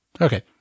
Okay